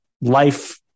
life